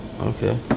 okay